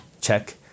check